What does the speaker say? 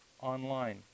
online